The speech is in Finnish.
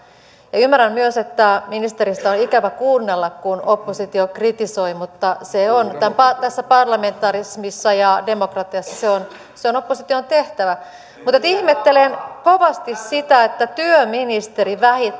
ymmärrän myös että ministeristä on ikävä kuunnella kun oppositio kritisoi mutta se on tässä parlamentarismissa ja demokratiassa opposition tehtävä mutta ihmettelen kovasti sitä että työministeri